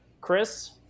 Chris